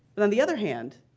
but on the other hand,